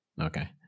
Okay